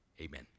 amen